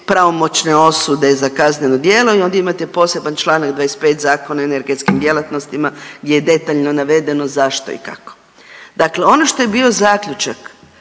pravomoćne osude za kazneno djelo i onda imate poseban čl. 25 Zakona o energetskim djelatnostima gdje je detaljno navedeno zašto i kako. Dakle ono što je bio zaključak